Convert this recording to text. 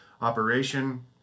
operation